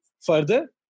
further